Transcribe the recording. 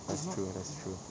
that's true that's true